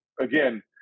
again